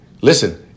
Listen